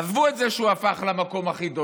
עזבו את זה שהוא הפך למקום הכי דולף.